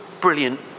brilliant